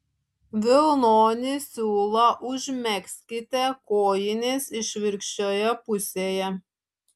vilnonį siūlą užmegzkite kojinės išvirkščioje pusėje